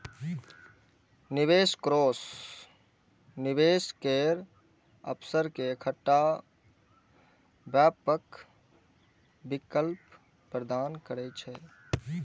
निवेश कोष निवेश केर अवसर के एकटा व्यापक विकल्प प्रदान करै छै